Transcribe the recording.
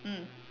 mm